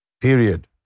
period